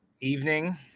Evening